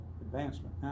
advancement